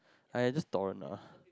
I have just stone lah